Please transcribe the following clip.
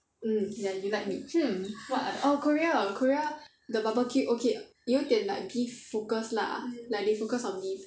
mm ya you like meat hmm what are the orh korea korea the barbecue okay 有一点 like beef focus lah like they focus on beef